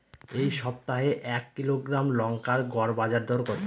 এই সপ্তাহে এক কিলোগ্রাম লঙ্কার গড় বাজার দর কত?